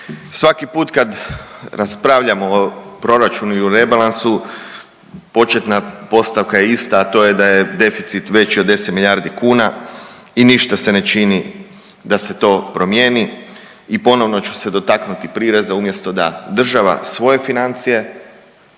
Svaki put kad raspravljamo o proračunu i o rebalansu početna postavka je ista, a to je da je deficit veći od 10 milijardi kuna i ništa se ne čini da se to promijeni. I ponovno ću se dotaknuti prireza umjesto da država svoje financije